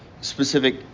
specific